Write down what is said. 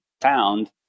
found